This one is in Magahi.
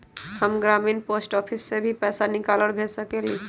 हम ग्रामीण पोस्ट ऑफिस से भी पैसा निकाल और भेज सकेली?